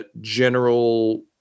general